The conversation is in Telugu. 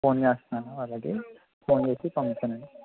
ఫోన్ చేస్తాను వాళ్ళకి ఫొన్ చేసి పంపుతానండి